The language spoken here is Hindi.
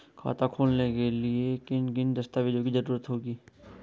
खाता खोलने के लिए किन किन दस्तावेजों की जरूरत होगी?